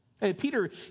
Peter